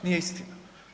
Nije istina.